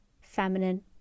feminine